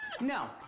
No